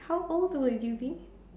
how old would you be